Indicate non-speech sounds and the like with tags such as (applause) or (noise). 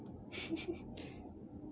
(laughs)